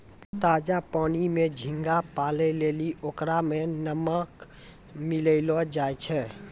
ताजा पानी में झींगा पालै लेली ओकरा में नमक मिलैलोॅ जाय छै